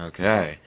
Okay